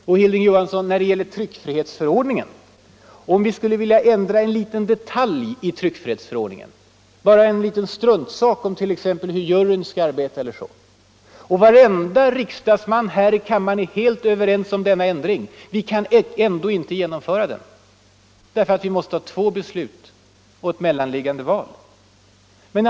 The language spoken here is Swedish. Och skulle vi vilja ändra en liten detalj i tryckfrihetsförordningen, bara en liten struntsak om t.ex. hur juryn skall arbeta eller så, och varenda riksdagsman här i riksdagen skulle vara helt överens om denna ändring, så kan vi ändå inte genomföra den genast därför att vi måste ha två beslut och mellanliggande val.